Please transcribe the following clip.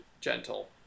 gentle